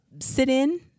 sit-in